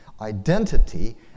identity